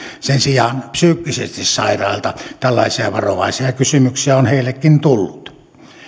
sen sijaan psyykkisesti sairailta tällaisia varovaisia kysymyksiä on heillekin tullut